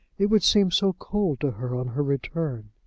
it would seem so cold to her on her return.